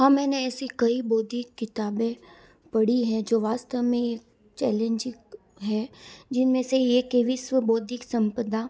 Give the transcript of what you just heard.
हाँ मैंने ऐसी कई बौधिक किताबें पढ़ी हैं जो वास्तव में एक चैलेंजिक हैं जिनमें से एक है विश्व बौधिक संपदा